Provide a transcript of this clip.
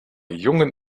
jungen